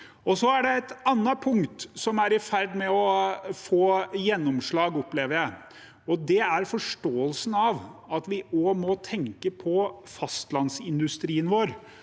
vårt. Det er et annet punkt man er i ferd med å få gjennomslag for, opplever jeg, og det er forståelsen for at vi også må tenke på fastlandsindustrien vår